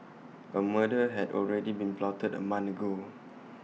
A murder had already been plotted A month ago